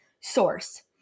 source